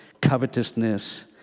covetousness